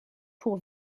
pour